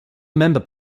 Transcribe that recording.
member